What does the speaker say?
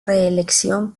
reelección